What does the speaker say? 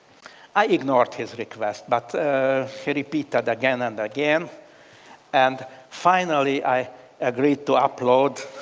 i ignored his request, but he repeated again and again and finally, i agreed to upload